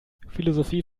philosophie